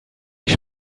mich